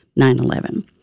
9-11